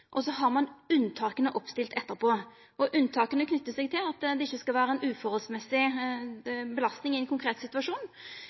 og så har ein unntaka oppstilt etterpå. Unntaka knyter seg til at det ikkje skal vera ei etter måten stor belastning i ein